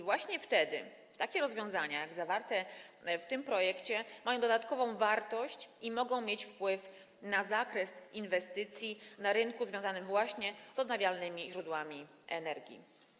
Właśnie wtedy takie rozwiązania jak zawarte w tym projekcie mają dodatkową wartość i mogą mieć wpływ na zakres inwestycji na rynku związanym z odnawialnymi źródłami energii.